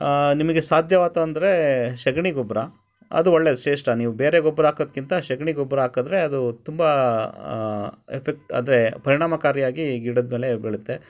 ನಿಮಗೆ ಸಾಧ್ಯವಾಯ್ತು ಅಂದರೆ ಸಗಣಿ ಗೊಬ್ಬರ ಅದು ಒಳ್ಳೆಯ ಶ್ರೇಷ್ಠ ನೀವು ಬೇರೆ ಗೊಬ್ಬರ ಹಾಕೋದ್ಕಿಂತ ಸಗಣಿ ಗೊಬ್ಬರ ಹಾಕಿದ್ರೆ ಅದು ತುಂಬ ಎಫೆಕ್ಟ್ ಅಂದರೆ ಪರಿಣಾಮಕಾರಿಯಾಗಿ ಗಿಡದ ಮೇಲೆ ಬೀಳುತ್ತೆ